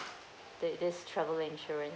thi~ this travel insurance